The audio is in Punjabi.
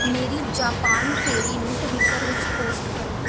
ਮੇਰੀ ਜਾਪਾਨ ਫੇਰੀ ਨੂੰ ਟਵਿੱਟਰ ਵਿੱਚ ਪੋਸਟ ਕਰੋ